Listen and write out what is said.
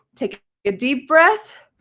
take a deep breath